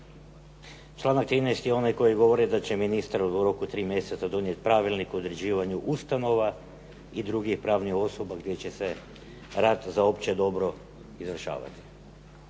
Članak 13. je onaj koji govori da će ministar u roku od 3 mjeseca donijeti Pravilnik o određivanju ustanova i drugih pravnih osoba gdje će se rad za opće dobro izvršavati.